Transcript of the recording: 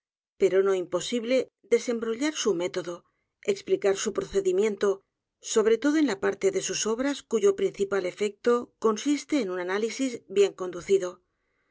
pero no imposible desembrollar su método explicar su procedimiento sobre todo en la p a r t e de sus obras cuyo principal efecto consiste en un análisis bien conducido